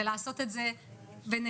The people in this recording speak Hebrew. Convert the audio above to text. ולעשות את זה ביניהם.